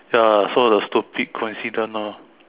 ya so the stupid coincident orh